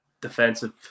defensive